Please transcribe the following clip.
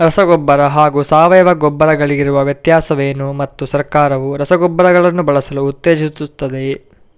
ರಸಗೊಬ್ಬರ ಹಾಗೂ ಸಾವಯವ ಗೊಬ್ಬರ ಗಳಿಗಿರುವ ವ್ಯತ್ಯಾಸವೇನು ಮತ್ತು ಸರ್ಕಾರವು ರಸಗೊಬ್ಬರಗಳನ್ನು ಬಳಸಲು ಉತ್ತೇಜಿಸುತ್ತೆವೆಯೇ?